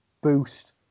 boost